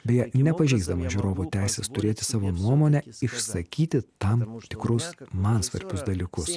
beje nepažeisdamas žiūrovų teisės turėti savo nuomonę išsakyti tam tikrus man svarbius dalykus